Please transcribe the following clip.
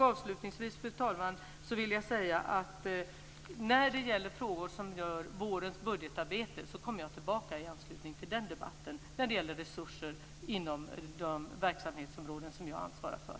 Avslutningsvis, fru talman, vill jag säga att när det gäller frågor som rör vårens budgetarbete kommer jag tillbaka i anslutning till den debatten när det gäller resurser inom de verksamhetsområden som jag ansvarar för.